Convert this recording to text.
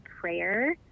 prayer